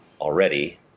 already